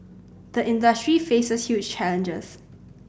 the industry faces huge challenges